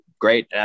great